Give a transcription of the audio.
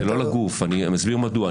זה לא לגוף, אני מסביר מדוע.